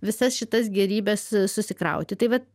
visas šitas gėrybes susikrauti tai vat